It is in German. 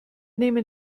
nehmen